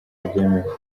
abyemera